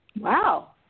Wow